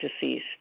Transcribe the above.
deceased